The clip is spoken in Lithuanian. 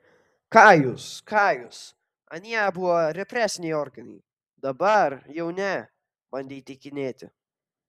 ką jūs ką jūs anie buvo represiniai organai dabar jau ne bandė įtikinėti